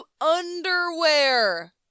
underwear